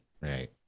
Right